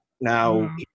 Now